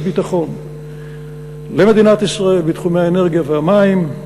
ביטחון למדינת ישראל בתחומי האנרגיה והמים.